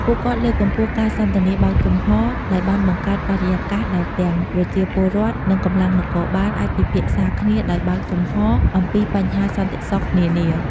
ពួកគាត់លើកកម្ពស់ការសន្ទនាបើកចំហរ ដោយបានបង្កើតបរិយាកាសដែលទាំងប្រជាពលរដ្ឋ និងកម្លាំងនគរបាលអាចពិភាក្សាគ្នាដោយបើកចំហរអំពីបញ្ហាសន្តិសុខនានា។